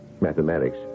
Mathematics